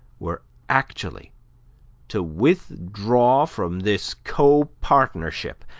were actually to withdraw from this co-partnership,